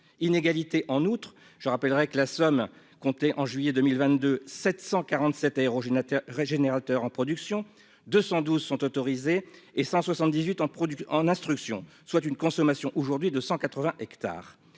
inégalités, en outre, je rappellerai que la somme compter en juillet 2022 747 aérogénérateurs régénérateur en production 212 sont autorisés et 100 78 ans produit en instruction soit une consommation aujourd'hui de 180 hectares